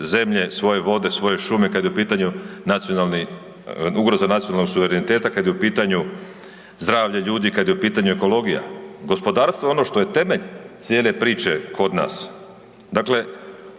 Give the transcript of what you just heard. zemlje, svoje vode, svoje šume kad je u pitanju nacionalni, ugroza nacionalnog suvereniteta, kad je u pitanju zdravlje ljudi, kad je u pitanju ekologija. Gospodarstvo je ono što je temelj cijele priče kod nas.